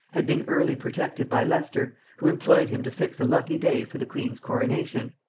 had been early protected by leicester, who employed him to fix a lucky day for the queen's coronation.